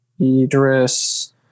Idris